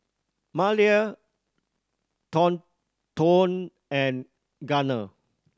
Malia Thornton and Gunner